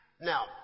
Now